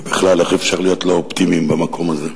ובכלל, איך אפשר להיות לא אופטימיים במקום הזה?